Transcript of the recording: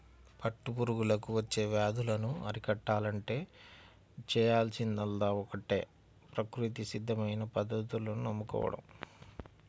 పట్టు పురుగులకు వచ్చే వ్యాధులను అరికట్టాలంటే చేయాల్సిందల్లా ఒక్కటే ప్రకృతి సిద్ధమైన పద్ధతులను నమ్ముకోడం